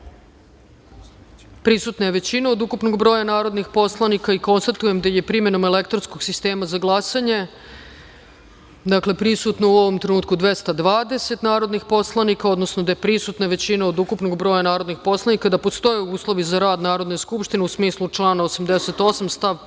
je većina od ukupnog broja narodnih poslanika. Konstatujem da je primenom elektronskog sistema za glasanje prisutno u ovom trenutku 220 narodnih poslanika, odnosno da je prisutna većina od ukupnog broja narodnih poslanika i da postoje uslovi za rad Narodne skupštine u smislu o članu 88. stav